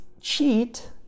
cheat